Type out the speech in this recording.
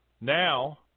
Now